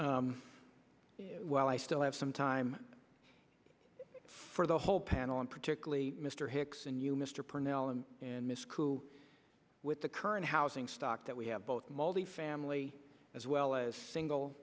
while i still have some time for the whole panel and particularly mr hicks and you mr personality and misc who with the current housing stock that we have both multifamily as well as single